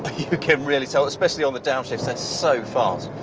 you can really tell, especially on the downshifts they're so fast.